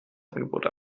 angebot